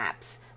apps